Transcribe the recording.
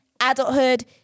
Adulthood